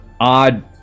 odd